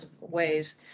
ways